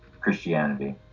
Christianity